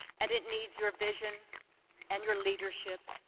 and it needs your vision and your leadership,